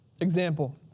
Example